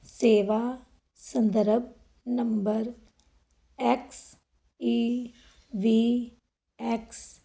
ਸੇਵਾ ਸੰਦਰਭ number X E V X